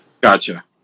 Gotcha